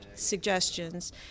suggestions